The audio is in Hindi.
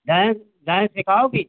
dance dance सिखाओगी